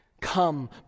Come